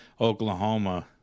Oklahoma